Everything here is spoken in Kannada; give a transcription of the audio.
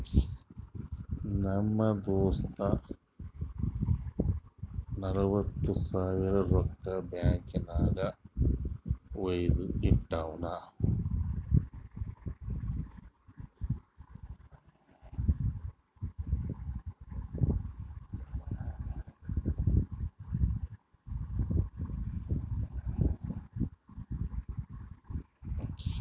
ನಮ್ ದೋಸ್ತ ನಲ್ವತ್ ಸಾವಿರ ರೊಕ್ಕಾ ಬ್ಯಾಂಕ್ ನಾಗ್ ವೈದು ಇಟ್ಟಾನ್